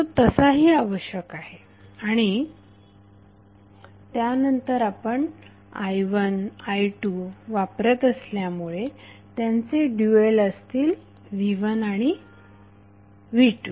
जो तसाही आवश्यक आहे आणि त्यानंतर आपण i1 i2वापरत असल्यामुळे त्यांचे ड्यूएल असेल v1 आणि v2